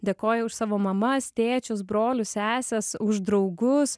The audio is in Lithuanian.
dėkoja už savo mamas tėčius brolius seses už draugus